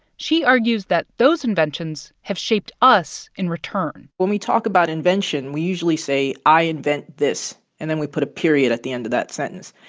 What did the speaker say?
she argues that those inventions have shaped us in return when we talk about invention, we usually say, i invent this. and then we put a period at the end of that sentence.